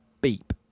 beep